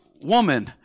woman